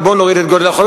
ובואו נוריד את גודל החוב.